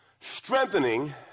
Strengthening